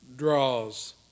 draws